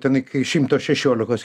ten iki šimto šešiolikos